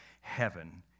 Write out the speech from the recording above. Heaven